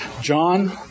John